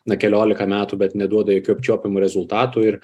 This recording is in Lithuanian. nuo keliolika metų bet neduoda jokių apčiuopiamų rezultatų ir